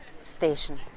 station